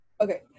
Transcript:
Okay